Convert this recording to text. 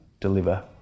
deliver